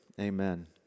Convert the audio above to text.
amen